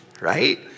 right